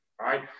right